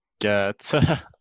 get